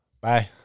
Bye